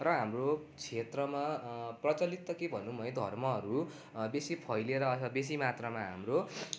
र हाम्रो क्षेत्रमा प्रचलित त के भनौँ है धर्महरू बेसी फैलिएर अथवा बेसी मात्रामा हाम्रो